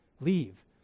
leave